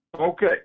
Okay